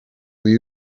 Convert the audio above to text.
will